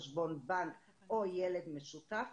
חשבון בנק או ילד משותף,